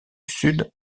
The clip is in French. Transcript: sud